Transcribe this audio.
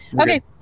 Okay